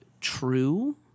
true